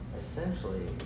essentially